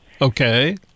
Okay